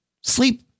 sleep